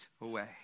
away